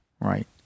Right